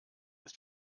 ist